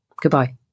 Goodbye